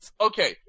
Okay